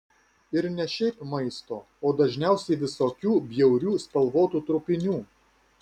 ir ne šiaip maisto o dažniausiai visokių bjaurių spalvotų trupinių